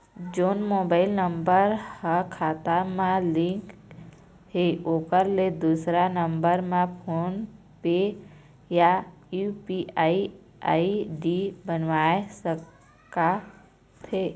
जोन mobile number हा खाता मा लिन्क हे ओकर ले दुसर नंबर मा फोन पे या यू.पी.आई आई.डी बनवाए सका थे?